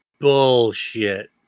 Bullshit